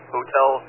Hotel